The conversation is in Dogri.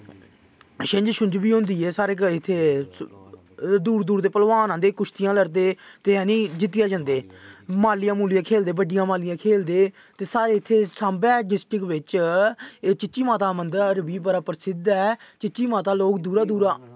छिंज शुंज बी होंदा ऐ साढ़े इत्थै दूर दूर दे पलवान आंदे कुश्तियां लड़दे ते जानी जित्तियै जंदे मालियां मुलियां खेलदे बड्डियां मालियां खेलदे ते साढ़ै इत्थै सांबै डिस्टिक बिच्च चिची माता मंदर बी बड़ा प्रसिद्ध ऐ चिची माता लोग दूरां दूरां